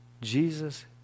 Jesus